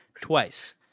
twice